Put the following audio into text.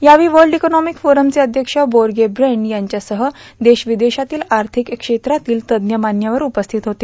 यावेळी world economic फोरमचे अध्यक्ष बोग ब्रेंड यांच्यासह देश र्वदेशातील आर्थिक क्षेत्रातील तज्ज्ञ मान्यवर उपस्थित होते